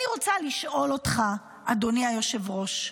אני רוצה לשאול אותך, אדוני היושב-ראש,